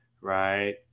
right